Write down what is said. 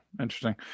interesting